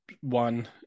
one